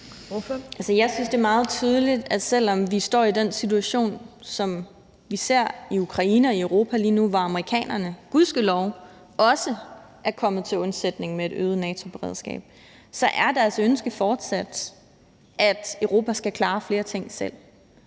Jeg synes, det er meget tydeligt, at selv om vi står i den situation, som vi ser i Ukraine og i Europa lige nu, hvor amerikanerne gudskelov også er kommet til undsætning med et øget NATO-beredskab, så er deres ønske fortsat, at Europa skal klare flere ting selv,